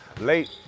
late